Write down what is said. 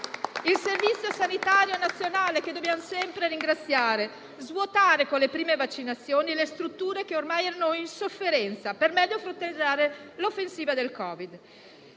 il Servizio sanitario nazionale, che dobbiamo sempre ringraziare; svuotare con le prime vaccinazioni le strutture che ormai erano in sofferenza per meglio fronteggiare l'offensiva del Covid.